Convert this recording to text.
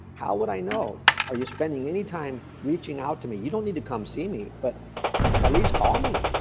how would i know? are you spending any time reaching out to me? you don't need to come see me but at least call me.